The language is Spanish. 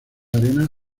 arena